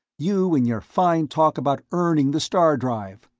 you and your fine talk about earning the star-drive!